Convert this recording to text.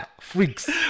freaks